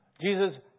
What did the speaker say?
Jesus